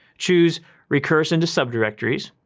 choose recurse into sub-directories.